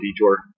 detour